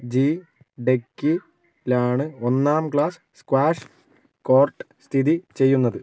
G ഡെക്കിലാണ് ഒന്നാം class squash court സ്ഥിതി ചെയ്യുന്നത്